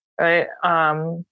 right